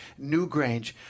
Newgrange